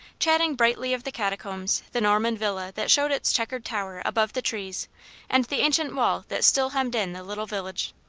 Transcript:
chatting brightly of the catacombs, the norman villa that showed its checkered tower above the trees and the ancient wall that still hemmed in the little village.